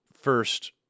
first